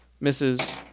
misses